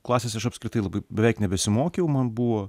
klasėse aš apskritai labai beveik nebesimokiau man buvo